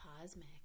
Cosmic